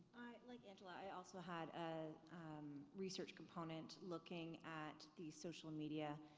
like angela, i also had a research component looking at the social media,